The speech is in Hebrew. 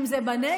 אם זה בנגב,